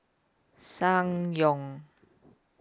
Ssangyong